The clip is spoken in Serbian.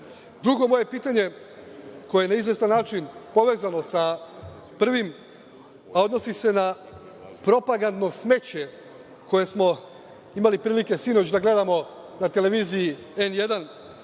moje pitanje, koje je na izvestan način povezano sa prvim, odnosi se na propagandno smeće koje smo imali prilike sinoć da gledamo na televiziji N1.